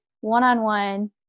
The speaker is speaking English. one-on-one